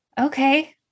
Okay